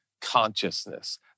consciousness